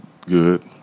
good